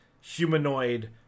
humanoid